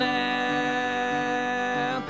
now